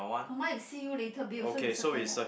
orh my is see you later Bill so you circle that